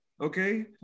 Okay